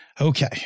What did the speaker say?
okay